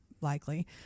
likely